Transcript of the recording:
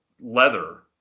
leather